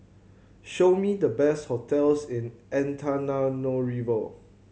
show me the best hotels in Antananarivo